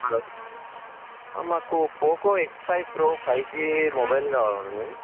hello మాకు Poco X five pro five G mobile కావాలండి